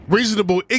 Reasonable